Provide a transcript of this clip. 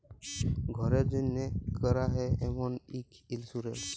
ঘ্যরের জ্যনহে ক্যরা হ্যয় এমল ইক ইলসুরেলস